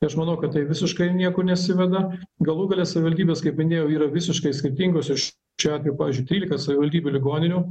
tai aš manau kad tai visiškai niekur nesiveda galų gale savivaldybės kaip minėjau yra visiškai skirtingos iš čia apie pavyzdžiui trylika savivaldybių ligoninių